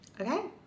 Okay